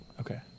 Okay